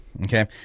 Okay